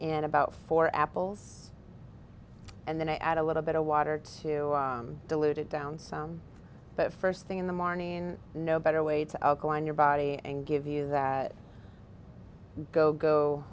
and about four apples and then i add a little bit of water to dilute it down some but first thing in the morning no better way to alkaline your body and give you that go go